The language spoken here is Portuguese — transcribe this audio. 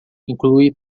inclui